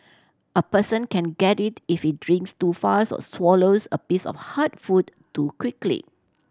a person can get it if he drinks too fast or swallows a piece of hard food too quickly